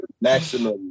maximum